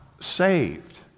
saved